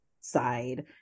side